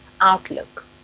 outlook